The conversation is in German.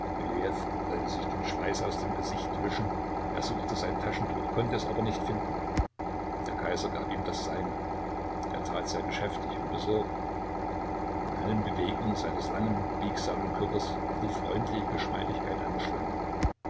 sich den schweiß aus dem gesicht wischen er suchte sein taschentuch konnte es aber nicht finden der kaiser gab ihm das seine er tat sehr geschäftig und besorgt in allen bewegungen seines langen biegsamen körpers war die freundliche geschmeidigkeit einer schlange